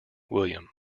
william